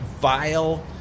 vile